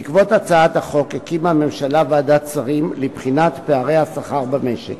בעקבות הצעת החוק הקימה הממשלה ועדת שרים לבחינת פערי השכר במשק.